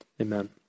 Amen